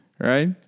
Right